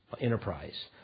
enterprise